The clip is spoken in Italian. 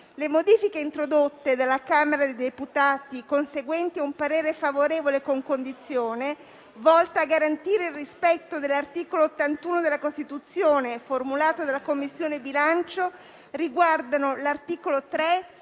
Le modifiche introdotte dalla Camera dei deputati, conseguenti a un parere favorevole con condizione, volto a garantire il rispetto dell'articolo 81 della Costituzione, formulato dalla Commissione bilancio, riguardano l'articolo 3,